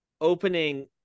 opening